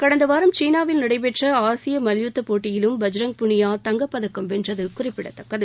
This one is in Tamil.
கடந்த வாரம் சீனாவில் நடைபெற்ற ஆசிய மல்யுத்தப் போட்டியிலும் பஞ்ரங் புனியா தங்கப்பதக்கம் வென்றது குறிப்பிடத்தக்கது